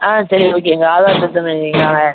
ஆ சரி ஓகேங்க ஆதார் பிரச்சினை இல்லைங்களா வர்றேன்